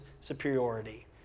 superiority